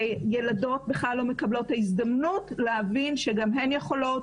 ילדות בכלל לא מקבלות את ההזדמנות להבין שגם הן יכולות,